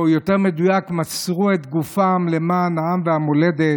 או יותר מדויק מסרו את גופם למען העם והמולדת,